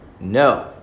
No